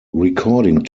recording